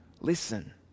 listen